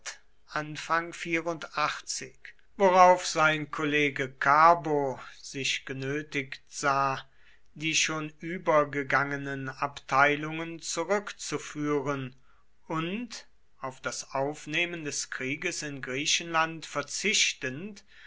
worauf sein kollege carbo sich genötigt sah die schon übergegangenen abteilungen zurückzuführen und auf das aufnehmen des krieges in griechenland verzichtend